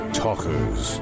talkers